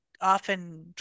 often